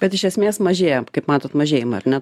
bet iš esmės mažėjant kaip matot mažėjimą ar ne